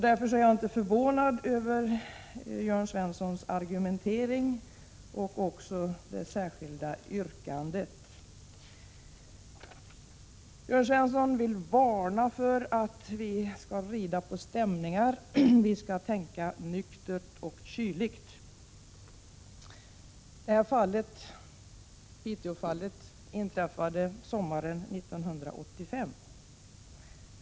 Därför är jag inte förvånad över Jörn Svenssons argumentering eller det särskilda yrkandet. Jörn Svensson vill varna för att vi skall rida på stämningar. Vi skall i stället tänka nyktert och kyligt. Piteåfallet inträffade sommaren 1985.